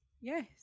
Yes